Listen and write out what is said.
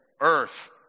earth